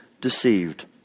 deceived